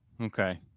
Okay